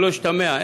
שלא ישתמע,